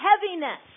heaviness